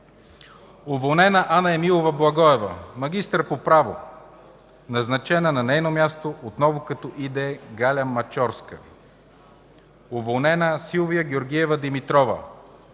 уволнена Анна Емилова Благоева – магистър по право, назначена на нейно място, отново като и.д., Галя Мачорска; - уволнена Силвия Георгиева Димитрова,